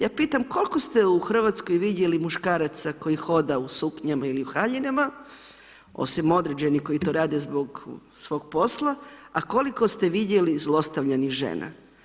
Ja pitam koliko ste u Hrvatskoj vidjeli muškaraca koji hoda u suknjama ili u haljinama ili određenih koji to rade zbog svog posla, a koliko ste vidjeli zlostavljanih žena?